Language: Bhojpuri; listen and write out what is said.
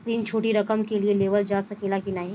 ऋण छोटी रकम के लिए लेवल जा सकेला की नाहीं?